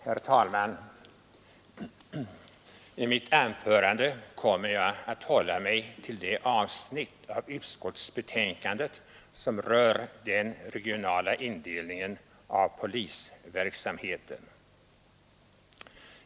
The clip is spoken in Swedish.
Herr talman! I mitt anförande kommer jag att hålla mig till det avsnitt av utskottsbetänkandet som rör den regionala indelningen av polisverksamheten.